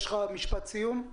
יש לך משפט סיום?